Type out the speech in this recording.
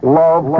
love